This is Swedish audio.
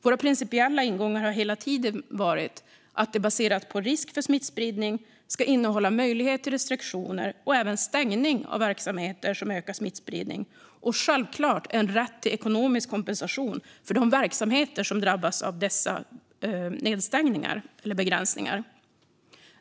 Våra principiella ingångar har hela tiden varit att lagen, baserat på risk för smittspridning, ska innehålla möjlighet till restriktioner för och även stängning av verksamheter som ökar smittspridning och självklart rätt till ekonomisk kompensation för de verksamheter som drabbas av dessa begränsningar.